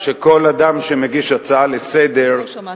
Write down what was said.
שכל אדם שמגיש הצעה לסדר-היום,